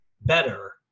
better